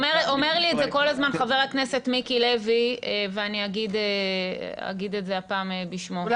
אומר לי את זה כל הזמן חבר הכנסת מיקי לוי ואני אגיד את זה הפעם בשמו,